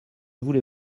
voulez